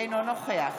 אינו נוכח